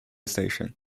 station